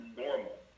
normal